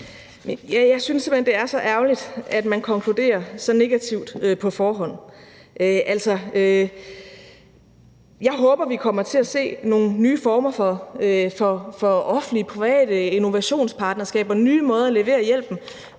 hen, det er så ærgerligt, at man konkluderer så negativt på forhånd. Altså, jeg håber, vi kommer til at se nogle nye former for offentlig-private innovationspartnerskaber, nye måder at levere hjælpen